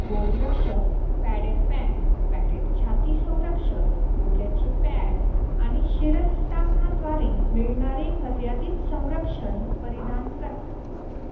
गोलरक्षक padded pant padded छाती संरक्षक गुडघ्याचे पॅड आणि शिरस्त्राणाद्वारे मिळणारे मर्यादित संरक्षण परिधान करतात